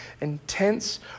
intense